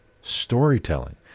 storytelling